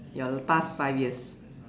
your l~ past five years